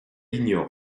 ignore